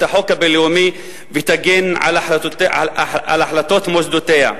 החוק הבין-לאומי ותגן על ההחלטות מוסדותיה.